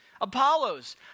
Apollos